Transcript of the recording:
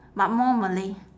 but more malay